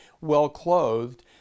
well-clothed